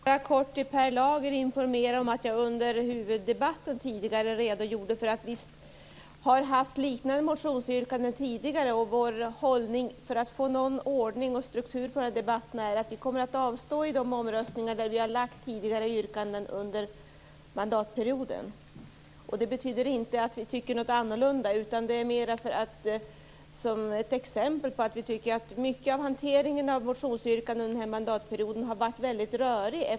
Herr talman! Jag vill bara kort informera Per Lager om att jag under huvuddebatten redogjorde för att vi haft liknande motionsyrkanden tidigare. För att få någon ordning på debatterna kommer vi att avstå i omröstningar i frågor där vi haft yrkanden tidigare under mandatperioden. Det betyder inte att vi tycker något annat, utan det är mer som ett exempel på att vi tycker att hanteringen av motionsyrkandena under denna mandatperiod har varit väldigt rörig.